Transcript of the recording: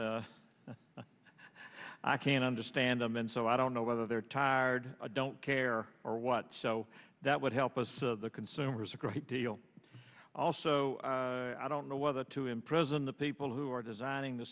oftentimes i can understand them and so i don't know whether they're tired i don't care or what so that would help us the consumers a great deal also i don't know whether to imprison the people who are designing the